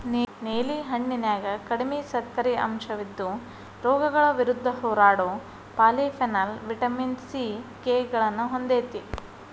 ನೇಲಿ ಹಣ್ಣಿನ್ಯಾಗ ಕಡಿಮಿ ಸಕ್ಕರಿ ಅಂಶವಿದ್ದು, ರೋಗಗಳ ವಿರುದ್ಧ ಹೋರಾಡೋ ಪಾಲಿಫೆನಾಲ್, ವಿಟಮಿನ್ ಸಿ, ಕೆ ಗಳನ್ನ ಹೊಂದೇತಿ